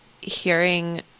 hearing